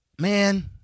man